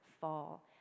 fall